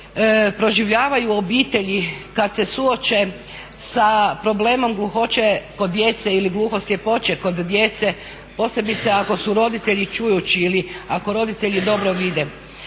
proživljavaju obitelji kad se suoče sa problemom gluhoće kod djece ili gluhoslijepoće kod djece, posebice ako su roditelji čujući ili ako roditelji dobro vide.